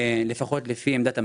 לפחות לפי עמדת המל"ל,